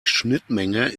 schnittmenge